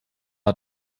hat